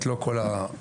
ולא כל האוהדים,